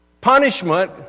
punishment